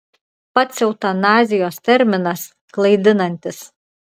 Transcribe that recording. pats eutanazijos terminas klaidinantis